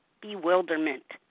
bewilderment